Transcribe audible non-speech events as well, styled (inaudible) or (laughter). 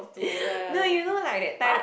(laughs) no you know like that time